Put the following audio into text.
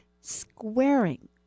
squaring